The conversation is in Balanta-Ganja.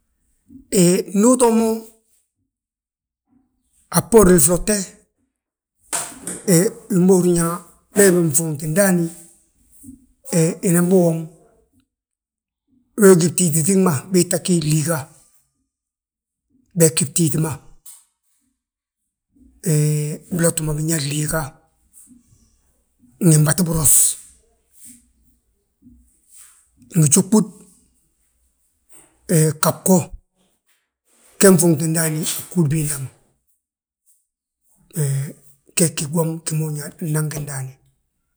Hee, ndu utoo mo, a bboorin flotte, he bima gin yaa beebi nfuunti ndaani. He inan biwom, wee gí mtíiti ŧiŋ ma, wii tta gí glíiga, bee bgí btíiti. Hee bloti ma binyaa glíiga, ngi mbatubúros, ngi júɓud, he ghab go, ge nfuuŋti ndaani bgúd binda ma, he gee gi gwom gi ma húrin yaa naŋgi ndaani.